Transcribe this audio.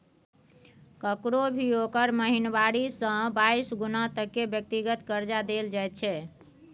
ककरो भी ओकर महिनावारी से बाइस गुना तक के व्यक्तिगत कर्जा देल जाइत छै